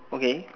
okay